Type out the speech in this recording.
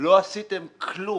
לכך ולא עשיתם כלום.